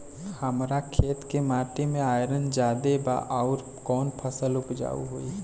हमरा खेत के माटी मे आयरन जादे बा आउर कौन फसल उपजाऊ होइ?